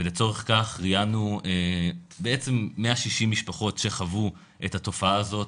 לצורך כך ראיינו בעצם 160 משפחות שחוו את התופעה הזאת,